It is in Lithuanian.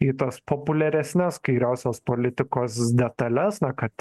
į tas populiaresnes kairiosios politikos detales na kad